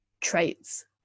traits